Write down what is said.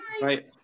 bye